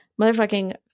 Motherfucking